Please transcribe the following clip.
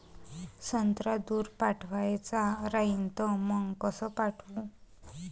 संत्रा दूर पाठवायचा राहिन तर मंग कस पाठवू?